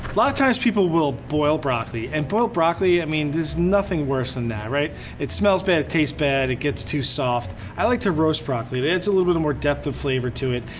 lot of times people will boil broccoli, and boiled broccoli i mean, there's nothing worse than that. it smells bad, it tastes bad, it gets too soft. i like to roast broccoli. it adds a little bit of more depth of flavor to it,